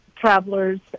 travelers